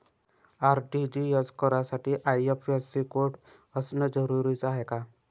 RTGS करासाठी IFSC code असनं जरुरीच हाय का?